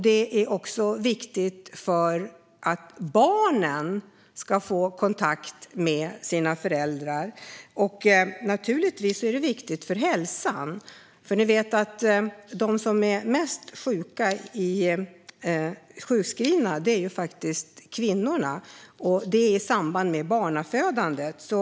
Det är också viktigt för att barnen ska få kontakt med sina föräldrar. Naturligtvis är det även viktigt för hälsan, för de som är mest sjukskrivna är faktiskt kvinnorna, och det i samband med barnafödandet.